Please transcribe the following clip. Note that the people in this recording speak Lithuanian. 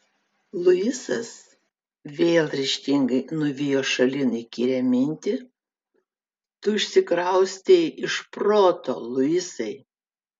luisas vėl ryžtingai nuvijo šalin įkyrią mintį tu išsikraustei iš proto luisai